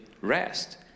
rest